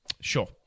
Sure